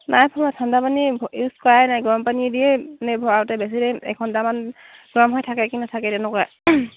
নাই ভৰোৱা ঠাণ্ডা পানী ইউজ কৰাই নাই গৰম পানীয়ে দিয়েই ভৰাওঁতে বেছি দেৰি এঘণ্টামান গৰম হৈ থাকে কি নেথাকে তেনেকুৱা